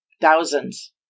thousands